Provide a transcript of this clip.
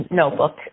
notebook